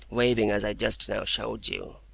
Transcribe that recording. waving as i just now showed you.